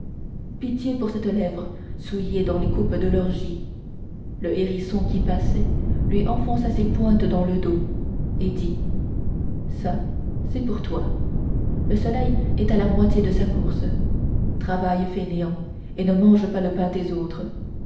pitié pour cette lèvre souillée dans les coupes de l'orgie le hérisson qui passait lui enfonça ses pointes dans le dos et dit ça pour toi le soleil est à la moitié de sa course travaille fainéant et ne mange pas le pain des autres